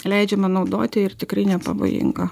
leidžiama naudoti ir tikrai nepavojinga